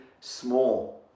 small